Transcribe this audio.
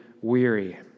weary